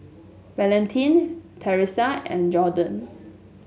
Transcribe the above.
Valentin Teressa and Jordon